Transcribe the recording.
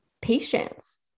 patience